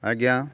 ଆଜ୍ଞା